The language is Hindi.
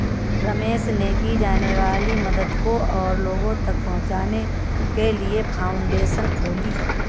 रमेश ने की जाने वाली मदद को और लोगो तक पहुचाने के लिए फाउंडेशन खोली